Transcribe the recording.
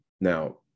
now